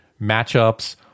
matchups